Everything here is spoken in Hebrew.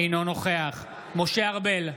אינו נוכח משה ארבל,